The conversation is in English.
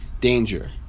danger